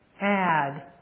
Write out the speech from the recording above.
add